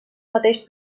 mateix